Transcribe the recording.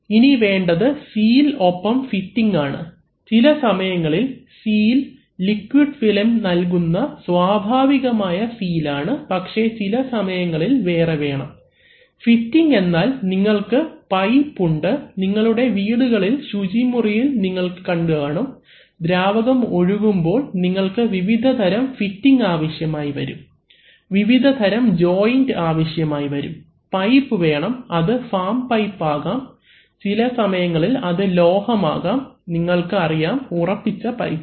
ഇനി വേണ്ടത് സീൽ ഒപ്പം ഫിറ്റിങ് ആണ് ചില സമയങ്ങളിൽ സീൽ ലിക്വിഡ് ഫിലിം നൽകുന്ന സ്വാഭാവികമായ സീൽ ആണ് പക്ഷേ ചില സമയങ്ങളിൽ വേറെ വേണം ഫിറ്റിങ് എന്നാൽ നിങ്ങൾക്കു പൈപ്പ് ഉണ്ട് നിങ്ങളുടെ വീടുകളിൽ ശുചിമുറിയിൽ നിങ്ങൾ കണ്ടു കാണും ദ്രാവകം ഒഴുകുമ്പോൾ നിങ്ങൾക്ക് വിവിധതരം ഫിറ്റിങ് ആവശ്യമായിവരും വിവിധതരം ജോയിൻറ്റ് ആവശ്യമായിവരും പൈപ്പ് വേണം അത് ഫാം പൈപ്പ് ആകാം ചില സമയങ്ങളിൽ അത് ലോഹം ആകാം നിങ്ങൾക്ക് അറിയാം ഉറപ്പിച്ച പൈപ്പ്